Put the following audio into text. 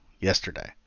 yesterday